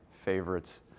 favorites